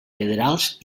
federals